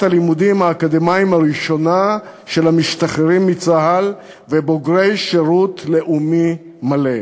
הלימודים האקדמית הראשונה של המשתחררים מצה"ל ובוגרי שירות לאומי מלא.